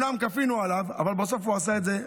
אומנם כפינו עליו, אבל בסוף הוא עשה את זה.